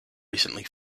recently